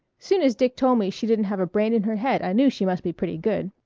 soon as dick told me she didn't have a brain in her head i knew she must be pretty good.